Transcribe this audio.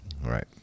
Right